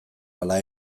ala